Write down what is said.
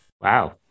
Wow